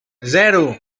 zero